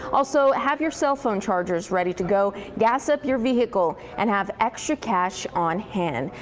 also, have your cell phone chargers ready to go, gas up your vehicle and have extra cash on hand.